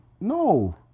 no